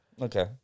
Okay